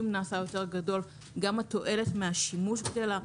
נעשה יותר גדול גם התועלת מהשימוש גדלה.